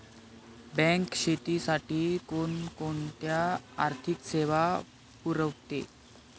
Bank शेतीसाठी कोणकोणत्या आर्थिक सेवा पुरवते?